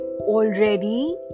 already